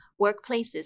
workplaces